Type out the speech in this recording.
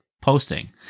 posting